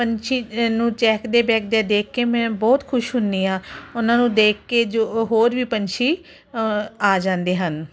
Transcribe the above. ਪੰਛੀ ਨੂੰ ਚਹਿਕਦੇ ਬਹਿਕਦੇ ਦੇਖ ਕੇ ਮੈਂ ਬਹੁਤ ਖੁਸ਼ ਹੁੰਦੀ ਹਾਂ ਉਹਨਾਂ ਨੂੰ ਦੇਖ ਕੇ ਜੋ ਹੋਰ ਵੀ ਪੰਛੀ ਆ ਜਾਂਦੇ ਹਨ